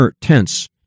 tense